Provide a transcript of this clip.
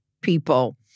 people